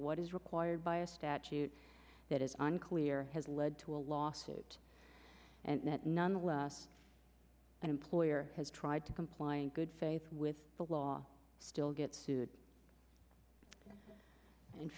what is required by a statute that is unclear has led to a lawsuit and that nonetheless an employer has tried to comply in good faith with the law still get sued and